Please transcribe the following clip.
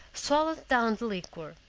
swallowed down the liquor.